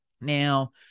Now